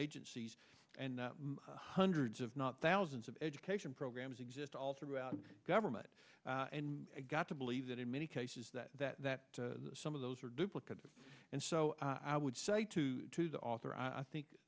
agencies and hundreds of not thousands of education programs exist all throughout government and i got to believe that in many cases that that that some of those are duplicative and so i would say to the author i think